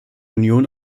union